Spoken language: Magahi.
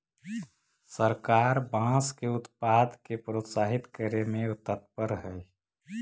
सरकार बाँस के उत्पाद के प्रोत्साहित करे में तत्पर हइ